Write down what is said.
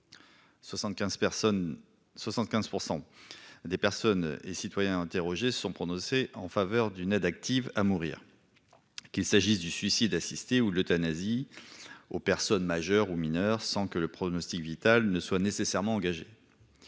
75% des personnes et citoyens interrogé se sont prononcés en faveur d'une aide active à mourir. Qu'il s'agisse du suicide assisté ou l'euthanasie. Aux personnes majeures ou mineures, sans que le pronostic vital ne soit nécessairement engagée.